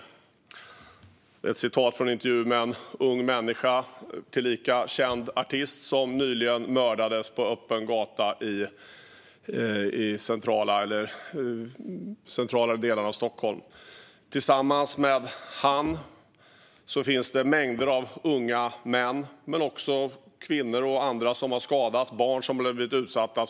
Det är ett citat från en intervju med en ung människa, tillika känd artist, som nyligen mördades på öppen gata i en central del av Stockholm. Det finns mängder av unga män men också kvinnor och andra som har skadats. Det är barn som har blivit utsatta.